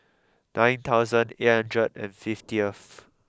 nine thousand eight hundred and fiftyth